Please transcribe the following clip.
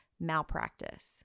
malpractice